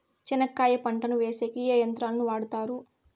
చెనక్కాయ పంటను వేసేకి ఏ యంత్రాలు ను వాడుతారు?